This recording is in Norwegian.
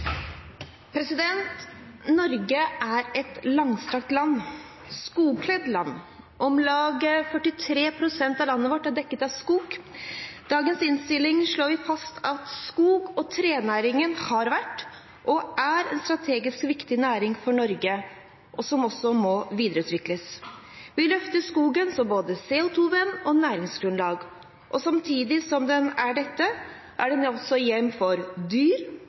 land. Om lag 43 pst. av landet vårt er dekt av skog. I dagens innstilling slår vi fast at skog- og trenæringen har vært og er en strategisk viktig næring for Norge som må videreutvikles. Vi løfter skogen som både CO2-venn og næringsgrunnlag, og samtidig som den er dette, er den også hjem for dyr